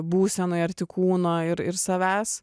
būsenoj arti kūno ir ir savęs